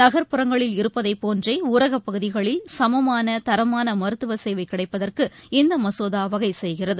நகரப்புறங்களில் இருப்பதைபோன்றேஊரகப் பகுதிகளில் சமமான தரமானமருத்துவசேவைகிடைப்பதற்கு இந்தமசோதாவகைசெய்கிறது